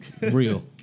real